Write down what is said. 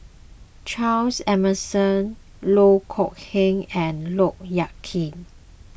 Charles Emmerson Loh Kok Heng and Look Yan Kit